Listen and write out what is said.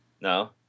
No